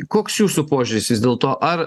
koks jūsų požiūris vis dėlto ar